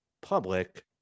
public